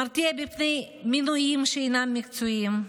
מרתיעה מפני מינויים שאינם מקצועיים.